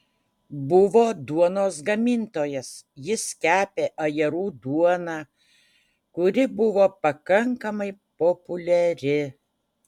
buvo duonos gamintojas jis kepė ajerų duoną kuri buvo pakankamai populiari